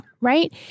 Right